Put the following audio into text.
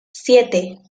siete